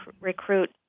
recruit